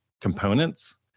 components